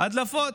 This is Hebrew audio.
הדלפות.